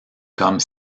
comme